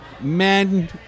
men